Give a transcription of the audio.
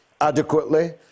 adequately